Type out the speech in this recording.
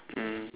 mm